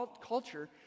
culture